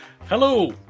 Hello